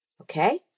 okay